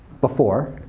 before.